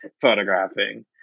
photographing